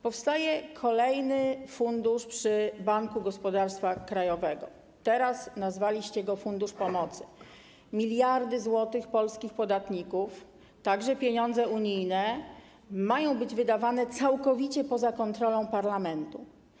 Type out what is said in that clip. Powstaje kolejny fundusz przy Banku Gospodarstwa Krajowego - teraz nazwaliście go Funduszem Pomocy - i miliardy złotych, pieniądze polskich podatników, a także pieniądze unijne mają być wydawane całkowicie poza kontrolą parlamentu.